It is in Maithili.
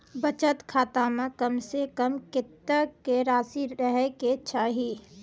बचत खाता म कम से कम कत्तेक रासि रहे के चाहि?